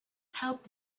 help